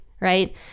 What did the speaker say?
right